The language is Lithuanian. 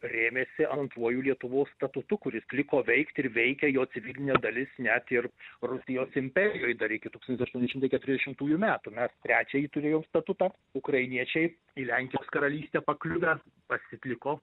rėmėsi antruoju lietuvos statutu kuris liko veikt ir veikė jo civilinė dalis net ir rusijos imperijoj dar iki tūkstantis aštuoni šimtai keturiasdešimtųjų metų mes trečiąjį turėjom statutą ukrainiečiai į lenkijos karalystę pakliuvę pasiliko